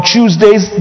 Tuesdays